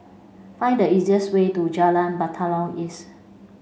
find the fastest way to Jalan Batalong East